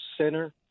center